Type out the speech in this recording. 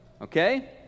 Okay